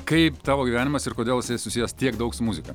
kaip tavo gyvenimas ir kodėl jisai susijęs tiek daug su muzika